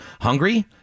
Hungry